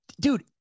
dude